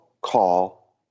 call